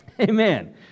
amen